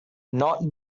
not